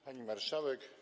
Pani Marszałek!